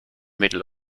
middle